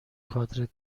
کادر